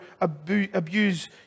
abuse